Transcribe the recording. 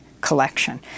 collection